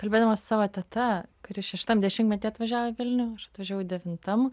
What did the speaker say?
kalbėdama su savo teta kuri šeštam dešimtmety atvažiavo į vilnių atvažiavau devintam